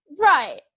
Right